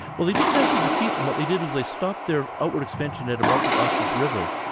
well they didn't actually defeat them, what they did was they stopped their outward extension at about the oxus river.